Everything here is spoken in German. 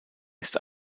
ist